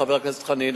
חבר הכנסת חנין,